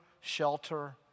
shelter